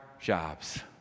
jobs